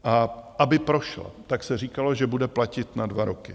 A aby prošla, tak se říkalo, že bude platit na dva roky.